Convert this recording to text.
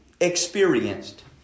experienced